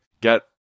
get